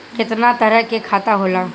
केतना तरह के खाता होला?